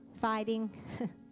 Fighting